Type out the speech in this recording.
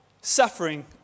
suffering